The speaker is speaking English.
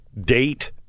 date